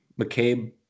McCabe